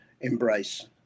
embrace